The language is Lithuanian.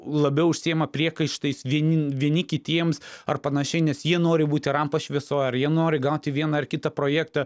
labiau užsiima priekaištais vieni vieni kitiems ar panašiai nes jie nori būti rampos šviesoj ar jie nori gauti vieną ar kitą projektą